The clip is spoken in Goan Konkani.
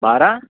बारा